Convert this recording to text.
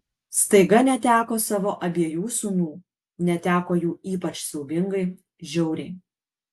staiga neteko savo abiejų sūnų neteko jų ypač siaubingai žiauriai